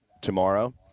tomorrow